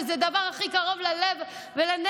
שזה דבר הכי קרוב ללב ולנפש,